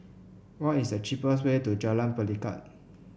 what is the cheapest way to Jalan Pelikat